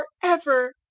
forever